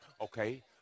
Okay